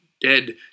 dead